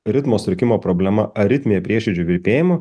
ritmo sutrikimo problema aritmija prieširdžių virpėjimu